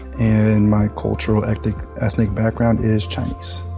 and my cultural ethnic ethnic background is chinese.